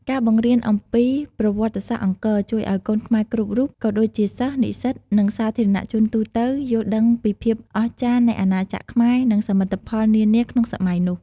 ការបង្រៀនអំពីប្រវត្តិសាស្រ្តអង្គរ ជួយឲ្យកូនខ្មែរគ្រប់រូប ក៏ដូចជាសិស្ស និស្សិត និងសាធារណជនទូទៅ យល់ដឹងពីភាពអស្ចារ្យនៃអាណាចក្រខ្មែរ និងសមិទ្ធផលនានាក្នុងសម័យនោះ។